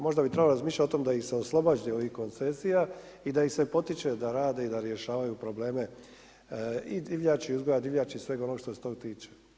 Možda bi trebalo razmišljati o tome da ih se oslobađa ovih koncesija i da ih se potiče da rade i da rješavaju probleme i divljači i uzgoja divljači i svega onoga što se toga tiče.